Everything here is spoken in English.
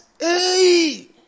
hey